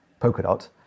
Polkadot